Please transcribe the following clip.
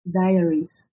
diaries